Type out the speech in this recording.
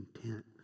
content